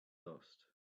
lost